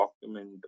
document